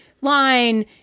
line